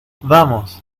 vamos